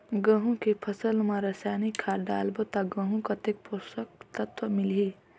गंहू के फसल मा रसायनिक खाद डालबो ता गंहू कतेक पोषक तत्व मिलही?